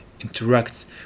interacts